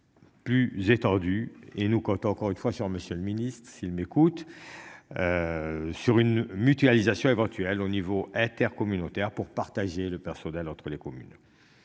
Plus étendue et nous comptons encore une fois sur Monsieur le Ministre, s'ils m'écoutent. Sur une mutualisation éventuelle au niveau inter-communautaires pour partager le personnel entre les communes.